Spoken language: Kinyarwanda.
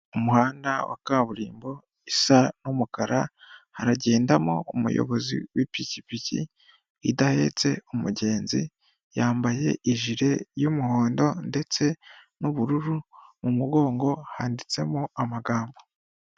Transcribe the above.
Mu muhanda wa kaburimbo isa n'umukara, haragendamo umuyobozi w'ipikipiki idahetse umugenzi, yambaye ijire y'umuhondo ndetse n'ubururu, mu mugongo handitsemo amagambo.